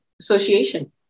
association